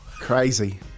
Crazy